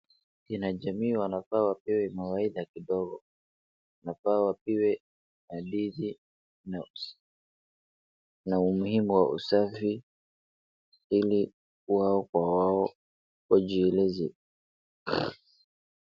Kina jamii wanafaa wapewe mawaidha kidogo. Inafaa wapewe hadithi na umuhimu wa usafi ili wao kwa wao wajieleze.